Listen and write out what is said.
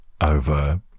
over